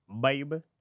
Baby